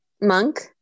monk